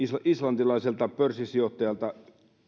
islantilaiselta pörssisijoittajalta